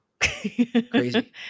crazy